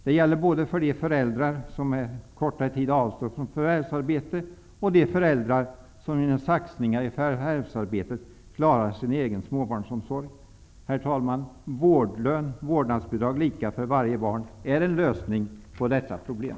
Det gäller både för de föräldrar som under en kortare tid avstår från förvärvsarbete och för de föräldrar som genom olika saxningar i förvärvsarbetet klarar sin egen småbarnsomsorg. Herr talman! Vårdlön eller vårdnadsbidrag lika för varje barn är en lösning på detta problem.